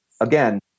again